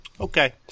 okay